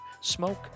smoke